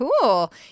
Cool